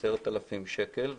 10,000 שקל.